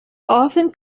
often